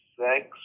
six